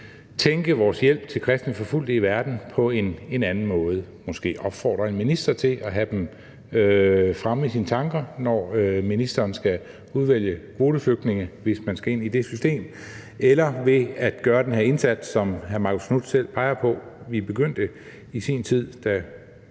tænke vores hjælp til kristne forfulgte ude i verden på en anden måde; måske opfordre en minister til at have dem fremme i sine tanker, når ministeren skal udvælge kvoteflygtninge, hvis man skal ind i det system. Eller ved at gøre den her indsats, som hr. Marcus Knuth selv peger på, og som vi begyndte på i sin tid, da